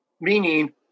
Meaning